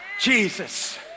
Jesus